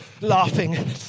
laughing